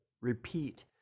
repeat